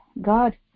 God